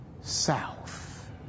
South